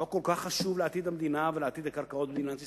חוק כל כך חשוב לעתיד המדינה ולעתיד הקרקעות במדינת ישראל,